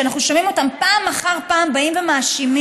שאנחנו שומעים אותם פעם אחר פעם באים ומאשימים